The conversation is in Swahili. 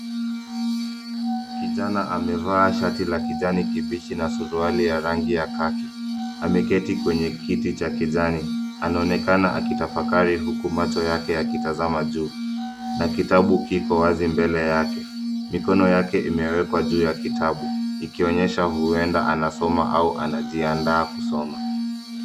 Kijani amevaa shati la kijani kibichi na suruali ya rangi ya kaki. Ameketi kwenye kiti cha kijani anaonekana akitafakari huku macho yake yakitazama juu na kitabu kiko wazi mbele yake. Mikono yake imewekwa juu ya kitabu ikionyesha huenda anasoma au anajiandaa kusoma.